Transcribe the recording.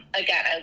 again